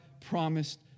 promised